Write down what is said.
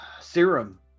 serum